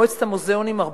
במועצת המוזיאונים,